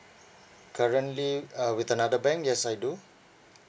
currently uh with another bank yes I do